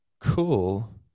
cool